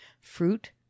fruit